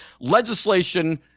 legislation